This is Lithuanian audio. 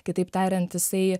kitaip tariant jisai